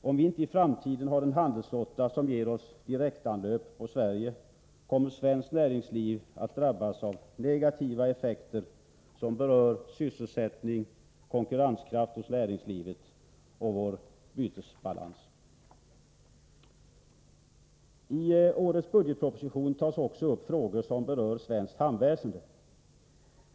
Om vi inte i framtiden har en handelsflotta som ger oss direktanlöp på Sverige, kommer svenskt näringsliv att drabbas av negativa effekter som berör sysselsättning, konkurrenskraft hos näringslivet och bytesbalans. I årets budgetproposition tar man också upp frågor som berör svenskt hamnväsende.